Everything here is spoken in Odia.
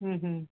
ହୁଁ ହୁଁ